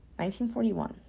1941